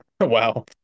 Wow